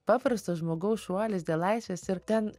paprastas žmogaus šuolis dėl laisvės ir ten